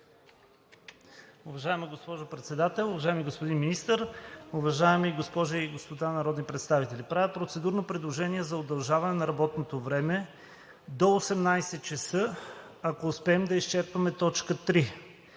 Уважаема госпожо Председател, уважаеми господин Министър, уважаеми госпожи и господа народни представители! Правя процедурно предложение за удължаване на работното време до 18,00 ч., ако успеем да изчерпим точка